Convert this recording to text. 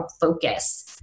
focus